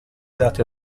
dati